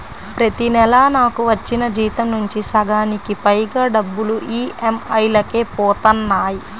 ప్రతి నెలా నాకు వచ్చిన జీతం నుంచి సగానికి పైగా డబ్బులు ఈఎంఐలకే పోతన్నాయి